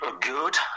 good